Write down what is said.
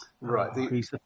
Right